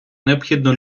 необхідно